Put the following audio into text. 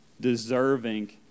deserving